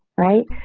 right.